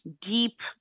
deep